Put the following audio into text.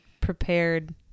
prepared